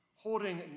holding